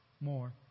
more